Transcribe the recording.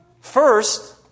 First